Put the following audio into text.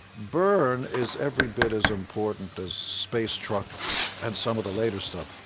burn is every bit as important as space truckin' and some of the later stuff.